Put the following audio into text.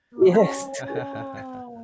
Yes